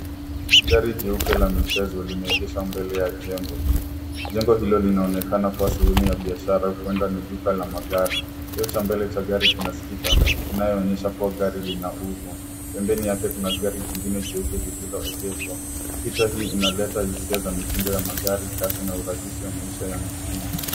Gari jeupe la michezo limeegeshwa mbele ya jengo. Jengo hilo linaonekana kuwa sehemu ya biashara huenda ni duka la magari. Kioo cha mbele cha gari kina sticker inayoonyesha kuwa gari linauzwa. Pembeni yake kuna gari jingine jeupe lililoegeshwa. Picha hii inaleta hisia za mitindo ya magari kasi na urahisi wa maisha ya mijini.